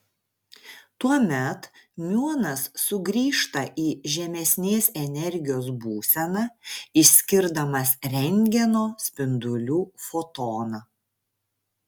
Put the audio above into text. tuomet miuonas sugrįžta į žemesnės energijos būseną išskirdamas rentgeno spindulių fotoną